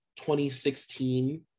2016